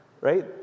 right